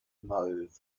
mauve